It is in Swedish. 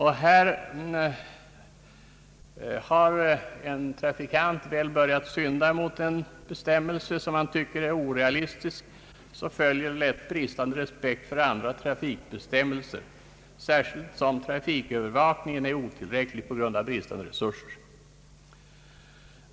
Har en trafikant väl börjat synda mot en bestämmelse som han tycker är orealistisk, följer lätt bristande respekt för andra trafikbestämmelser, särskilt när dessutom trafikövervakningen är otillräcklig på grund av bristande resurser.